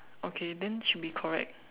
okay then should be correct